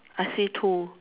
I see two